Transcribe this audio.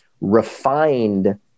refined